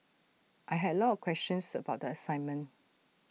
I had A lot of questions about the assignment